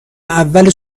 اول